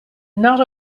not